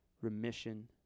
remission